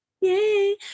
Yay